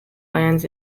lands